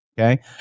Okay